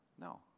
No